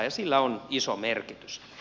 sillä on iso merkitys